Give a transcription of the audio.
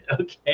okay